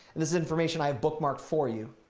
this information i bookmark for you.